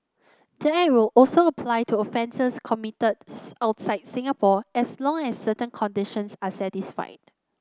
the act will also apply to offences committed outside Singapore as long as certain conditions are satisfied